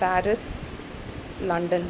Paris London